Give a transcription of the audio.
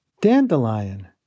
Dandelion